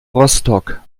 rostock